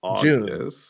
June